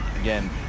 again